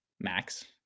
Max